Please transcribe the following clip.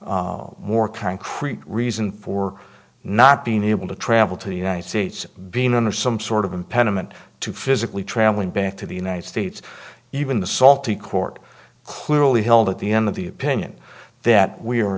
much more concrete reason for not being able to travel to the united states being under some sort of impediment to physically traveling back to the united states even the salty court clearly held at the end of the opinion that we are